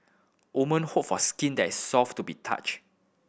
women hope for skin that is soft to the touch